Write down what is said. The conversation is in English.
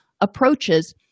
approaches